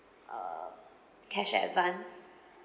uh cash advance